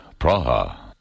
Praha